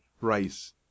rice